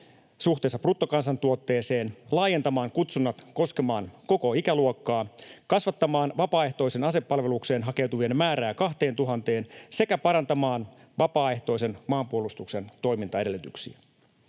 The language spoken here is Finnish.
suhteessa bruttokansantuotteeseen, laajentamaan kutsunnat koskemaan koko ikäluokkaa, kasvattamaan vapaaehtoiseen asepalvelukseen hakeutuvien määrää 2 000:een sekä parantamaan vapaaehtoisen maanpuolustuksen toimintaedellytyksiä.